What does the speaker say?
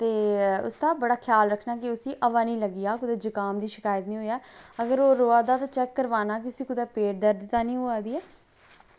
ते उसदा बड़ा ख्याल रक्खना कि उसी हवा नी लग्गी जा कुतै जुकाम दी शिकायत नी होई जा अगर ओह् रोआ दा ते चैक करवाना कि उसी कुतै पेट दर्द ता नी होआ दी